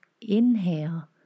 inhale